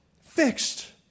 fixed